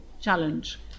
challenge